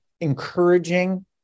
encouraging